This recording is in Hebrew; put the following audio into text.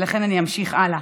ולכן אני אמשיך הלאה,